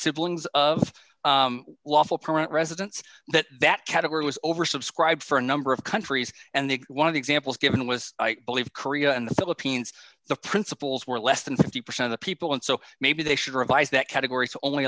siblings of lawful permanent residents that that category was oversubscribed for a number of countries and the one of the examples given was i believe korea and the philippines the principles were less than fifty percent of the people and so maybe they should revise that category to only